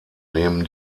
nehmen